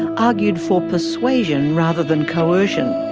and argued for persuasion rather than coercion.